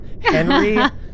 Henry